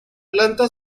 planta